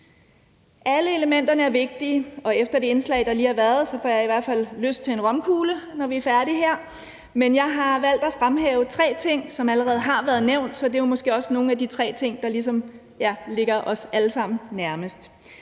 Alle elementerne er vigtige, og efter det indslag, der lige har været, får jeg i hvert fald lyst til en romkugle, når vi er færdige her. Men jeg har valgt at fremhæve tre ting, som allerede har været nævnt, så de tre ting er måske også nogle af dem, der ligesom ligger os alle sammen nærmest.